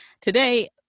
Today